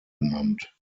genannt